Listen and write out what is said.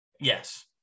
yes